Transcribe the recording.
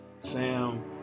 Sam